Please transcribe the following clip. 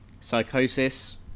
Psychosis